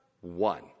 one